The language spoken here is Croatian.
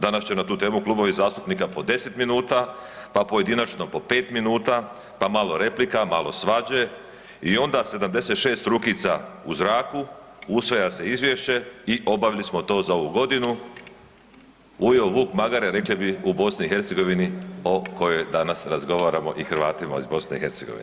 Danas će na tu temu klubovi zastupnika po 10 minuta, pa pojedinačno po 5 minuta, pa malo replika, malo svađe i onda 76 rukica u zraku, usvaja se izvješće i obavili smo to za ovu godinu, pojeo vuk magare rekli bi u BiH, o kojoj danas razgovaramo i Hrvatima iz BiH.